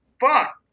Fuck